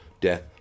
death